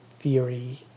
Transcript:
theory